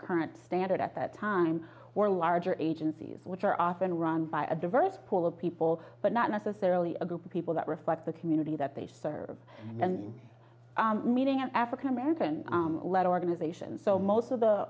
current standard at that time were larger agencies which are often run by a diverse pool of people but not necessarily a group of people that reflect the community that they serve and meeting an african american led organization so most of the